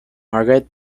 margaret